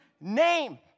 name